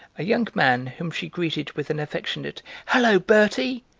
a young man, whom she greeted with an affectionate hullo, bertie,